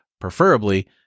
preferably